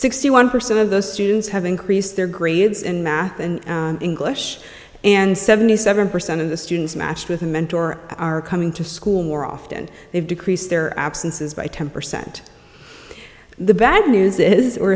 sixty one percent of the students have increased their grades in math and english and seventy seven percent of the students matched with a mentor are coming to school more often they've decreased their absences by ten percent the bad news i